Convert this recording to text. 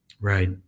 Right